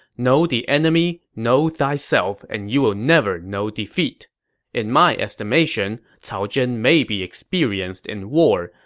know the enemy, know thyself, and you will never know defeat in my estimation, cao zhen may be experienced in war,